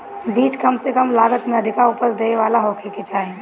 बीज कम से कम लागत में अधिका उपज देवे वाला होखे के चाही